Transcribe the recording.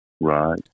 Right